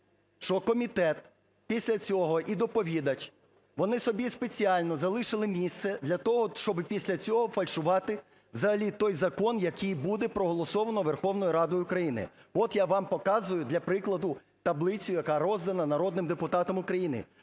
Що комітет після цього і доповідач, вони собі спеціально залишили місце для того, щоби після цього фальшувати взагалі той закон, який буде проголосовано Верховною Радою України. От я вам показую для прикладу таблицю, яка роздана народним депутатам України.